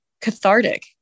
cathartic